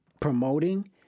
promoting